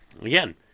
again